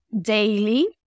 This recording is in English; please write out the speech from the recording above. daily